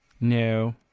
No